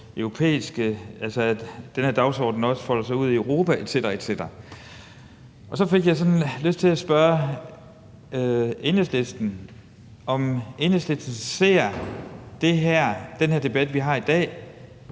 at den her dagsorden også folder sig ud i Europa etc. etc. Så fik jeg lyst til at spørge Enhedslisten, om Enhedslisten ser den her debat, vi har i dag,